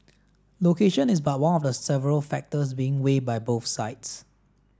location is but one of several factors being weighed by both sides